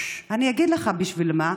אני אגיד לך בשביל מה: